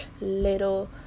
little